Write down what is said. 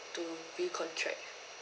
to re-contract